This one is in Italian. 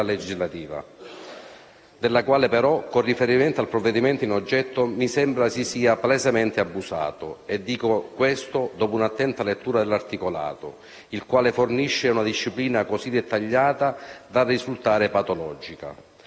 legislativa, della quale, però, con riferimento al provvedimento in oggetto, mi sembra si sia palesemente abusato. Dico questo dopo un'attenta lettura dell'articolato, il quale fornisce una disciplina così dettagliata da risultare patologica.